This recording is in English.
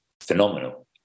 phenomenal